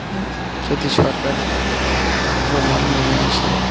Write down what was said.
যদি সরকারিভাবে আক্রমণ নেমে আসে